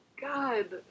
God